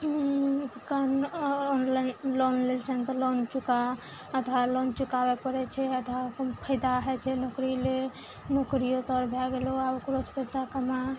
loan लेने छै तऽ लोन चुका आधा लोन चुकाबय पड़य छै आधा अपन फायदा होइ छै नौकरी ले नौकरियो तोहर भए गेलहु आब ओकरोसँ पैसा कमा